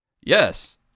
Yes